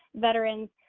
veterans,